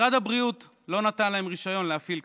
משרד הבריאות לא נתן להם רישיון להפעיל כזה.